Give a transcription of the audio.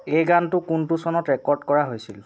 এই গানটো কোনটো চনত ৰেকৰ্ড কৰা হৈছিল